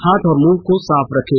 हाथ और मुंह साफ रखें